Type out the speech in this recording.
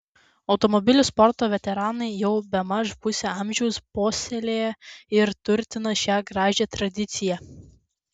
automobilių sporto veteranai jau bemaž pusę amžiaus puoselėja ir turtina šią gražią tradiciją